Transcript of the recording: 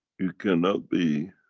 you cannot be